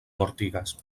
mortigas